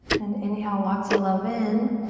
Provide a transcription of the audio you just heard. and inhale lots of love in.